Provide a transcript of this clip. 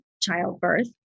childbirth